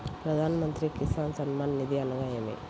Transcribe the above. ప్రధాన మంత్రి కిసాన్ సన్మాన్ నిధి అనగా ఏమి?